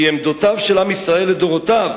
כי עמדותיו של עם ישראל לדורותיו,